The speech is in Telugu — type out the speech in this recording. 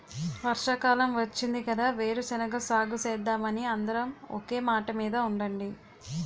వర్షాకాలం వచ్చింది కదా వేరుశెనగ సాగుసేద్దామని అందరం ఒకే మాటమీద ఉండండి